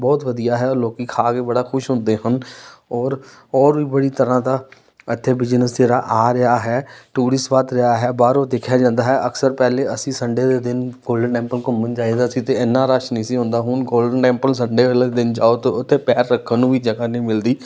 ਬਹੁਤ ਵਧੀਆ ਹੈ ਲੋਕ ਖਾ ਕੇ ਬੜਾ ਖੁਸ਼ ਹੁੰਦੇ ਹਨ ਔਰ ਹੋਰ ਵੀ ਬੜੀ ਤਰ੍ਹਾਂ ਦਾ ਇੱਥੇ ਬਿਜ਼ਨਸ ਜਿਹੜਾ ਆ ਰਿਹਾ ਹੈ ਟੂਰਿਸਟ ਵੱਧ ਰਿਹਾ ਹੈ ਬਾਹਰੋਂ ਦੇਖਿਆ ਜਾਂਦਾ ਹੈ ਅਕਸਰ ਪਹਿਲੇ ਅਸੀਂ ਸੰਡੇ ਦੇ ਦਿਨ ਗੋਲਡਨ ਟੈਂਪਲ ਘੁੰਮਣ ਜਾਈਦਾ ਸੀ ਅਤੇ ਇੰਨਾਂ ਰਸ਼ ਨਹੀਂ ਸੀ ਹੁੰਦਾ ਹੁਣ ਗੋਲਡਨ ਟੈਂਪਲ ਸੰਡੇ ਵਾਲੇ ਦਿਨ ਜਾਓ ਅਤੇ ਉੱਥੇ ਪੈਰ ਰੱਖਣ ਨੂੰ ਵੀ ਜਗ੍ਹਾ ਨਹੀਂ ਮਿਲਦੀ